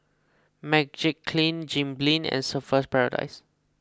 Magiclean Jim Beam and Surfer's Paradise